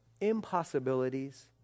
impossibilities